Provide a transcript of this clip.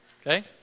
okay